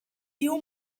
few